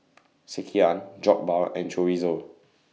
Sekihan Jokbal and Chorizo